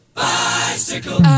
bicycle